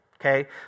okay